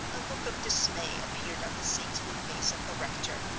a look of dismay appeared on the saintly face of the rector.